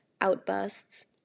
outbursts